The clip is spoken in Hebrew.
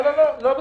לא בסדר.